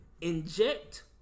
inject